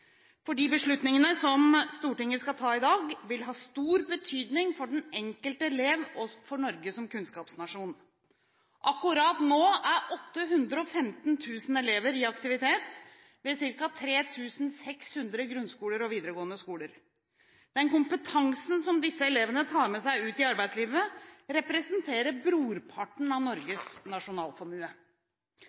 for de beslutningene som Stortinget skal ta i dag, vil ha stor betydning for den enkelte elev og for Norge som kunnskapsnasjon. Akkurat nå er 815 000 elever i aktivitet ved ca. 3 600 grunnskoler og videregående skoler. Den kompetansen som disse elevene tar med seg ut i arbeidslivet, representerer brorparten av Norges nasjonalformue.